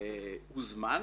הוזמן.